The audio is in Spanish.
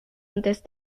antes